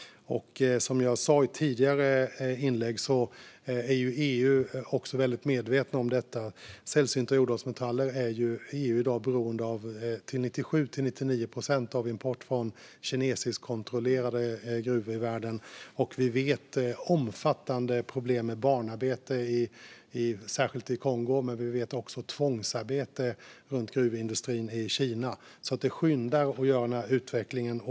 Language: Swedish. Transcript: Som jag sa tidigare är EU väldigt medvetet om detta. När det gäller sällsynta jordartsmetaller är EU i dag till 97-99 procent beroende av import från kinesiskkontrollerade gruvor i världen. Vi vet att det finns omfattande problem med barnarbete, särskilt i Kongo, men också tvångsarbete i gruvindustrin i Kina. Det brådskar alltså att göra den här utvecklingen.